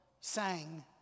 sang